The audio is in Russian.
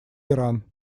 иран